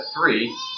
three